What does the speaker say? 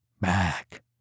Back